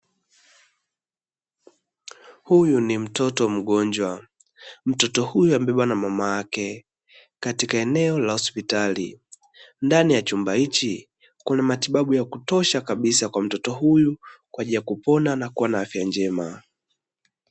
Huyu ni mtoto mgonjwa, mtoto huyu amebebwa na mama yake katika eneo la hospitali. Ndani ya chumba hichi kuna matibabu ya kutosha kabisa kwa mtoto huyu kwa ajili ya kupona na kuwa na afya njema.